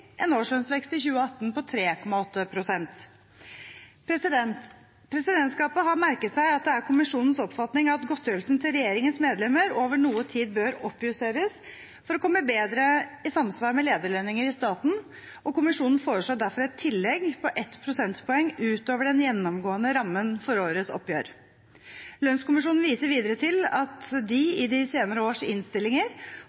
en årslønnsvekst i 2018 på 3,8 pst. Presidentskapet har merket seg at det er kommisjonens oppfatning at godtgjørelsen til regjeringens medlemmer over noe tid bør oppjusteres for å komme bedre i samsvar med lederlønninger i staten. Kommisjonen foreslår derfor et tillegg på 1 prosentpoeng utover den gjennomgående rammen for årets oppgjør. Lønnskommisjonen viser videre til at